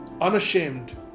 unashamed